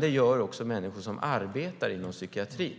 Det gör också människor som arbetar inom psykiatrin,